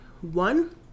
one